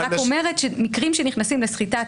אני רק אומרת שמקרים שנכנסים לסחיטה